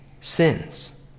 sins